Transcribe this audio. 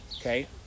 okay